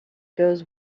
goes